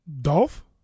Dolph